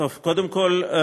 קודם כול,